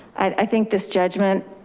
i think this judgment